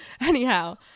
anyhow